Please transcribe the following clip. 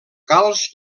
calç